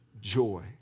joy